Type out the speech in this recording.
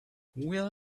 will